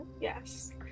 yes